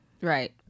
Right